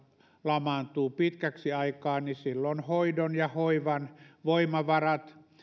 lamaantuu pitkäksi aikaa niin silloin myös hoidon ja hoivan voimavarat